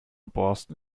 borsten